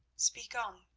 speak on,